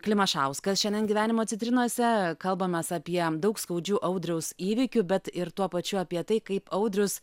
klimašauskas šiandien gyvenimo citrinose kalbamės apie daug skaudžių audriaus įvykių bet ir tuo pačiu apie tai kaip audrius